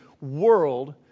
world